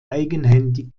eigenhändig